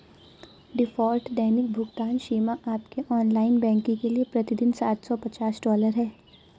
default दैनिक भुगतान सीमा आपके ऑनलाइन बैंकिंग के लिए प्रति दिन सात सौ पचास डॉलर है